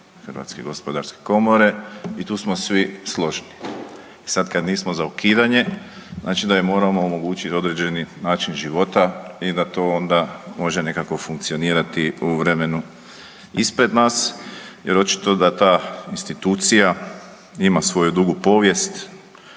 za ukidanje HGK i tu smo svi složni. Sad kad nismo za ukidanje znači da joj moramo omogućiti određeni način života i da to ona može nekako funkcionirati u vremenu ispred nas jer očito da ta institucija ima svoju dugu povijest